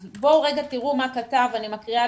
אז בואו רגע תראו מה כתב ואני מקריאה